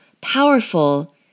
powerful